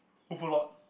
overlord